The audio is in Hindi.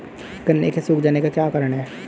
गन्ने के सूख जाने का क्या कारण है?